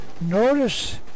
Notice